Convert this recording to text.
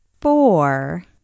Four